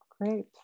great